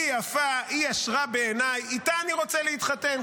היא יפה, היא ישרה בעיניי, איתה אני רוצה להתחתן.